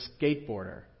skateboarder